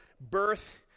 birth